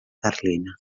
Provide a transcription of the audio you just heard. carlina